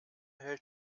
hält